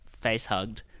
face-hugged